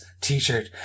t-shirt